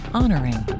honoring